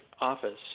office